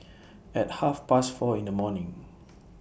At Half Past four in The morning